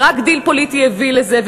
ורק דיל פוליטי הביא לזה,